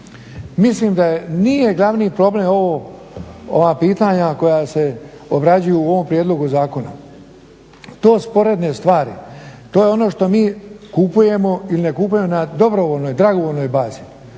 Mislim da nije glavni problem ova pitanja koja se obrađuju u ovom prijedlogu zakona. To su sporedne stvari, to je ono što mi kupujemo ili ne kupujemo na dobrovoljnoj, dragovoljnoj bazi.